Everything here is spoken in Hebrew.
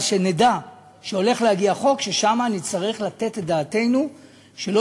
אבל שנדע שהולך להגיע חוק ששם נצטרך לתת את דעתנו שלא